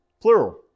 Plural